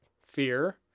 fear